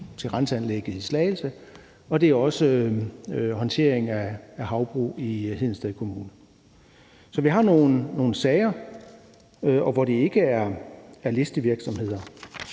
til renseanlægget i Slagelse, og det er også håndteringen af havbrug i Hedensted Kommune. Så vi har nogle sager, hvor det ikke er listevirksomheder.